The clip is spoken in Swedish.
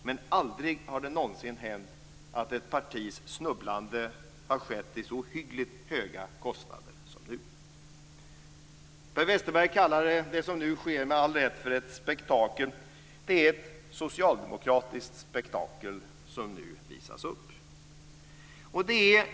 Men det har aldrig någonsin hänt att ett partis snubblande har skett till så ohyggligt höga kostnader som nu. Per Westerberg kallade det som nu sker med all rätt för ett spektakel. Det är ett socialdemokratiskt spektakel som nu visas upp.